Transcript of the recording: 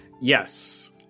Yes